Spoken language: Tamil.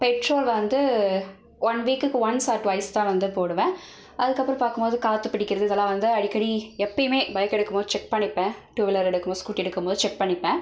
பெட்ரோல் வந்து ஒன் வீக்குக்கு ஒன்ஸ் ஆர் டுவைஸ் தான் வந்து போடுவேன் அதுக்கப்புறம் பார்க்கும் போது காற்று பிடிக்கிறது இதெல்லாம் வந்து அடிக்கடி எப்போயுமே பைக் எடுக்கும் போது செக் பண்ணிப்பேன் டூவீலர் எடுக்கும் போது ஸ்கூட்டி எடுக்கும் போது செக் பண்ணிப்பேன்